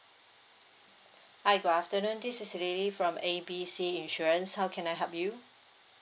hi good afternoon this is lily from A B C insurance how can I help you